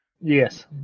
Yes